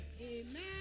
Amen